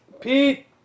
Pete